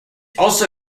also